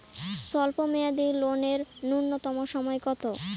স্বল্প মেয়াদী লোন এর নূন্যতম সময় কতো?